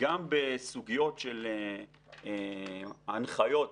גם בסוגיות של הנחיות